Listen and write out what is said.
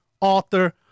author